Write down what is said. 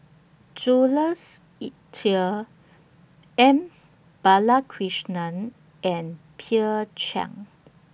Jules Itier M Balakrishnan and peer Chiang